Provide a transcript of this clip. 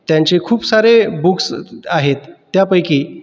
त्यांचे खूप सारे बुक्स आहेत त्यापैकी